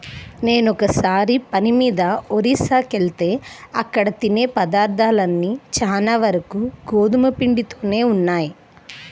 నేనొకసారి పని మీద ఒరిస్సాకెళ్తే అక్కడ తినే పదార్థాలన్నీ చానా వరకు గోధుమ పిండితోనే ఉన్నయ్